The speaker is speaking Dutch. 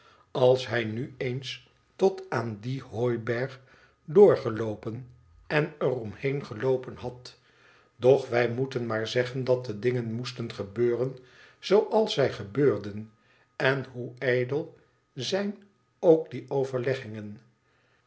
als hij nu eens tot aan dien hooiberg doorgeloopen en er omheen geloopen had doch wij moeten maar zeggen dat de dingen moesten gebeuren zooals zij gebeurden en hoe ijdel zijn ook die overleggingen